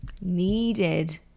needed